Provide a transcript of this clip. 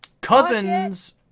Cousins